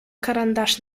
карандаш